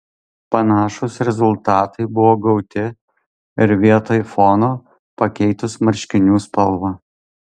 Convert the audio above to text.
panašūs rezultatai buvo gauti ir vietoj fono pakeitus marškinių spalvą